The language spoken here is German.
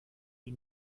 die